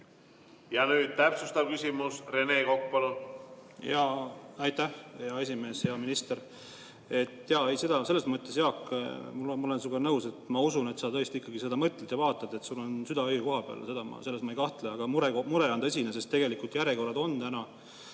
Ja nüüd täpsustav küsimus. Rene Kokk,